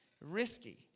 risky